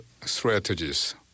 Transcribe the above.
strategies